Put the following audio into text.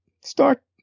start